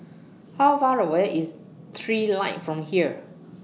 How Far away IS Trilight from here